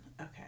Okay